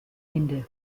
ende